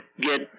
get